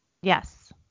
Yes